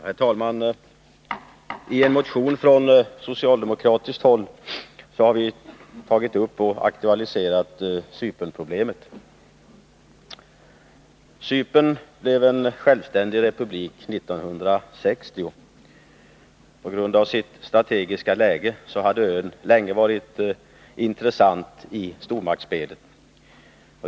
Herr talman! I en motion från socialdemokratiskt håll har vi aktualiserat Cypernproblemet. Cypern blev en självständig republik 1960. På grund av sitt strategiska läge hade ön länge varit intressant i stormaktsspelet.